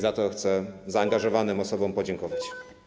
Za to chcę zaangażowanym osobom podziękować.